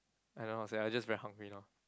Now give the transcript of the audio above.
I don't know how to say I just very hungry now